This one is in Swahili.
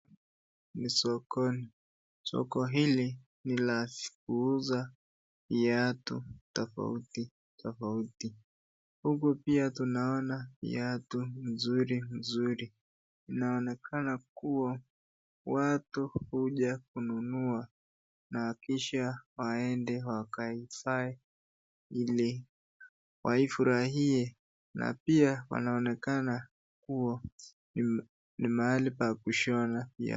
Ni sokoni. Soko hili ni la kuuza viatu tofauti tofauti. Huku pia tunaona viatu nzuri nzuri. Inaonekana kuwa watu huja kununua na kisha waende wakazivae ili wazifurahie na pia panaonekana pia ni mahali pa kushona viatu.